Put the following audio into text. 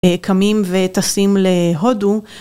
קמים וטסים להודו.